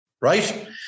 right